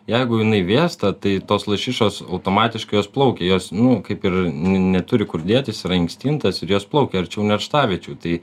jeigu jinai vėsta tai tos lašišos automatiškai jos plaukia jos nu kaip ir neturi kur dėtis yra instinktas ir jos plaukia arčiau nerštaviečių tai